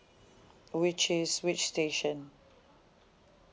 which is which station